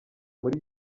muri